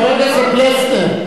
חבר הכנסת פלסנר,